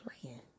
playing